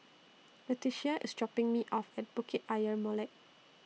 Leticia IS dropping Me off At Bukit Ayer Molek